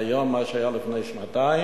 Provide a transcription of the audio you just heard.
והיום ומה שהיה לפני שנתיים,